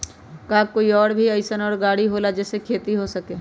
का कोई और भी अइसन और गाड़ी होला जे से खेती हो सके?